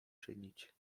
czynić